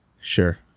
Sure